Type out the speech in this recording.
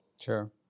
sure